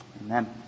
Amen